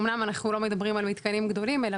אמנם אנחנו לא מדברים על מתקנים גדולים אלא